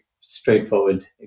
straightforward